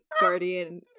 guardian